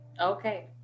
Okay